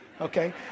okay